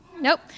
Nope